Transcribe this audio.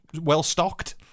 well-stocked